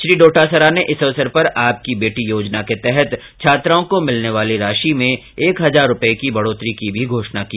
श्री डोटासरा ने इस अवसर पर आपकी बेटी योजना के तहत छात्राओं को मिलने वाली राशि में एक हजार रूपये की बढ़ोतरी की भी घोषणा की